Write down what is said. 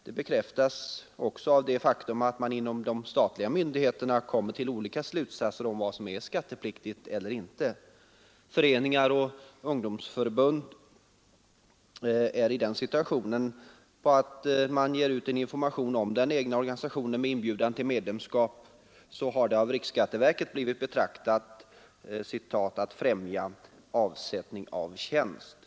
Det bekräftas också av det faktum att man inom de statliga myndigheterna kommer till olika slutsatser om vad som är skattepliktigt eller inte. Föreningar och ungdomsförbund är i den situationen att riksskatteverket betraktat utgivandet av information om den egna organisationen med inbjudan till medlemskap som ”att främja avsättning av tjänst”.